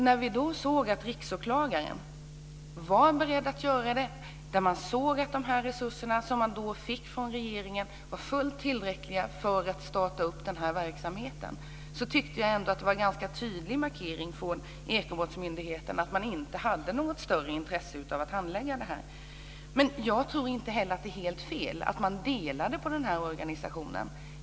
När vi såg att Riksåklagaren var beredd att göra det och att de resurser som RÅ fick från regeringen var fullt tillräckliga för att starta den här verksamheten tyckte jag ändå att det var en ganska tydlig markering från Ekobrottsmyndigheten att man inte hade något större intresse av att handlägga det här. Men jag tror inte heller att det var helt fel att man delade på den här organisationen.